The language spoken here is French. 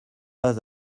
pas